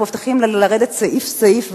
אנחנו מבטיחים לרדת סעיף-סעיף,